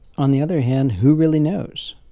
on the other hand, who really knows?